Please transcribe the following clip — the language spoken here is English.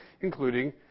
Including